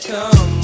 Come